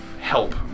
help